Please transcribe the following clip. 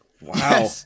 Wow